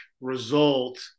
result